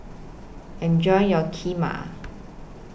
Enjoy your Kheema